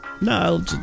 no